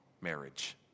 marriage